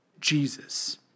Jesus